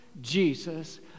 Jesus